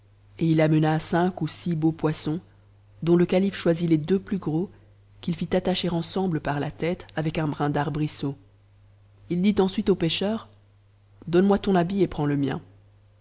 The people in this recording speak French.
et il amena cinq ou six beaux poissons dont le calife choisit les dcm plus gros qu'il fit attacher ensemble par la tète avec un brin d'arbrisseau h dit ensuite au pêcheur donne-moi ton habit et prends le mien